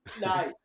Nice